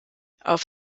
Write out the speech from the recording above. auf